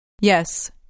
Yes